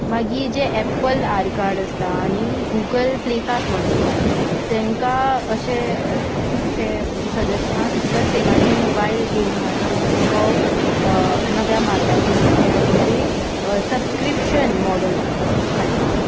मागीर जे Apple arcade आसता आनी गुगल प्लेपास म्हण आसता तेंका अशे अशे सदस्यान सुद्दां सेवांनी मोबायल गेमिंगाचो नवो नव्या मार्गांतून खेळां मदे सब्सक्रिप्शन मॉडल हाडला